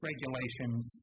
regulations